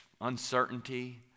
uncertainty